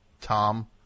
Tom